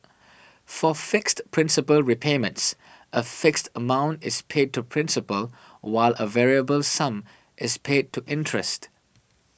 for fixed principal repayments a fixed amount is paid to principal while a variable sum is paid to interest